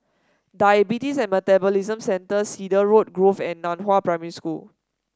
Diabetes and Metabolism Centre Cedarwood Grove and Nan Hua Primary School